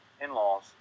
in-laws